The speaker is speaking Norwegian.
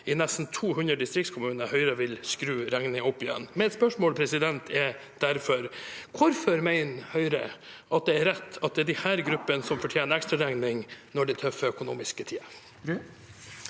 i nesten 200 distriktskommuner. Høyre vil skru regningen opp igjen. Mitt spørsmål er derfor: Hvorfor mener Høyre at det er rett at det er disse gruppene som fortjener en ekstraregning når det er tøffe økonomiske tider?